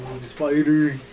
spider